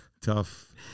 Tough